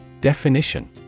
Definition